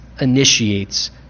initiates